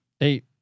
eight